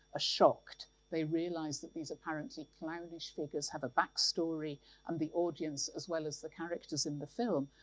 shocked. they realise these apparently clownish figures have a back story and the audience, as well as the characters in the film,